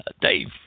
Dave